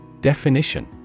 Definition